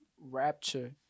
Rapture